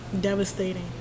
devastating